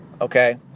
Okay